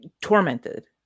tormented